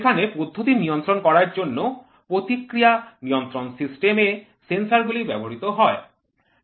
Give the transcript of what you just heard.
এখানে পদ্ধতি নিয়ন্ত্রণ করার জন্য প্রতিক্রিয়া নিয়ন্ত্রণ সিস্টেম এ সেন্সর গুলি ব্যবহৃত হয়